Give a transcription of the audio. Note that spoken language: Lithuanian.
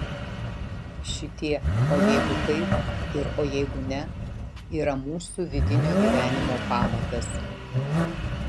šitie o jeigu taip ir o jeigu ne yra mūsų vidinio gyvenimo pamatas